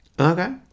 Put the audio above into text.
Okay